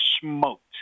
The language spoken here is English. smoked